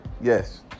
Yes